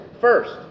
first